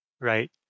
right